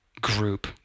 group